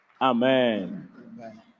Amen